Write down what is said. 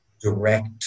direct